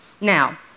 Now